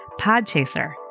Podchaser